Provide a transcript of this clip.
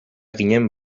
ginen